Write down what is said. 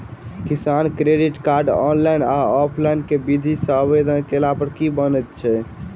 किसान credit card, online या offline केँ विधि सँ आवेदन कैला पर बनैत अछि?